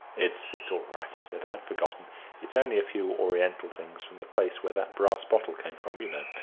it's it's all right, he said i'd forgotten it's only a few oriental things from the place where that brass bottle came from, you know.